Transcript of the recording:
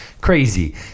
crazy